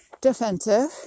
defensive